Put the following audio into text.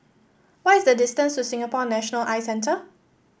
what is the distance to Singapore National Eye Centre